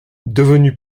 devenu